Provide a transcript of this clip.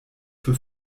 für